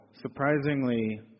surprisingly